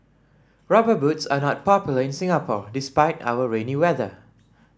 rubber boots are not popular in Singapore despite our rainy weather